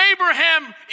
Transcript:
Abraham